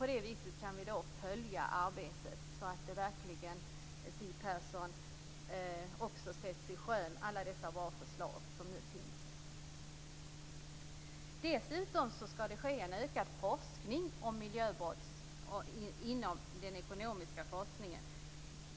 På det viset kan vi följa arbetet, Siw Persson, så att alla dessa bra förslag som nu finns verkligen också sätts i sjön. Dessutom skall forskningen om den ekonomiska brottsligheten öka i omfattning.